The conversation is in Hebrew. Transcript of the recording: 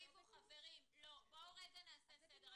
--- בואו נעשה סדר.